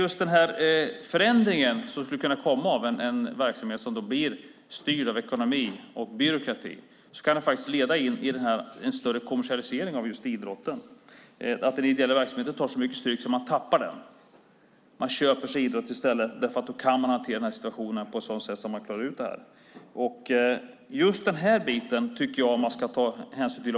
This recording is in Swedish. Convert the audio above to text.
Just den här förändringen, som skulle kunna komma, av verksamheten, som då blir styrd av ekonomi och byråkrati, kan faktiskt leda till en större kommersialisering av idrotten. Den ideella verksamheten kan ta så mycket stryk att man tappar den. Man köper då idrott i stället, för då kan man hantera den här situationen på ett sådant sätt att man klarar ut det här. Just den här biten tycker jag att man ska ta hänsyn till.